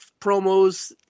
promos